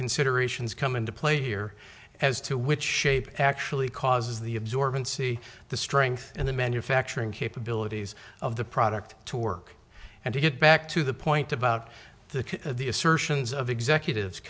considerations come into play here as to which shape actually causes the absorbency the strength and the manufacturing capabilities of the product to work and to get back to the point about the the assertions of executives